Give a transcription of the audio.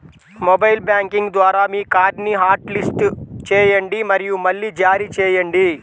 mobile banking ద్వారా మీ కార్డ్ని హాట్లిస్ట్ చేయండి మరియు మళ్లీ జారీ చేయండి